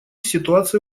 ситуация